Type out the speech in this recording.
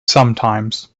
sometimes